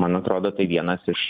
man atrodo tai vienas iš